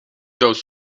those